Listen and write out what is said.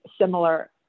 similar